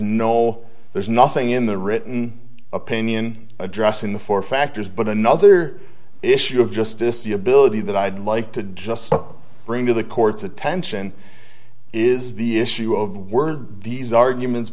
no there's nothing in the written opinion addressing the four factors but another issue of justice the ability that i'd like to just bring to the court's attention is the issue of were these arguments